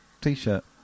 T-shirt